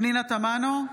פנינה תמנו,